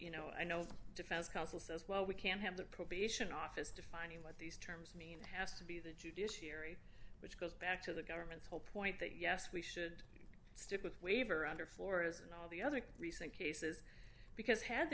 you know i know the defense counsel says well we can't have the probation office defining what these to mean it has to be the judiciary which goes back to the government's whole point that yes we should stick with waiver under florida's and all the other recent cases because had